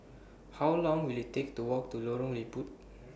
How Long Will IT Take to Walk to Lorong Liput